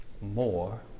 more